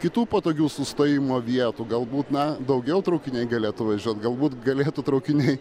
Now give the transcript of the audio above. kitų patogių sustojimo vietų galbūt na daugiau traukiniai galėtų važiuot galbūt galėtų traukiniai